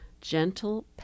Gentle